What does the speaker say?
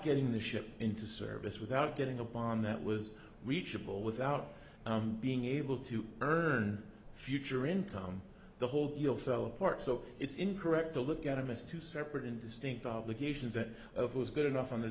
getting the ship into service without getting upon that was reachable without being able to earn future income the whole deal fell apart so it's incorrect to look at them as two separate and distinct obligations that was good enough